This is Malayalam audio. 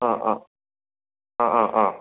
അ അ